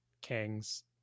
kings